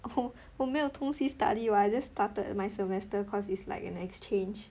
oh 我没有东西 study [what] I just started my semester cause it's like an exchange